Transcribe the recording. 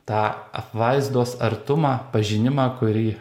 tą apvaizdos artumą pažinimą kurį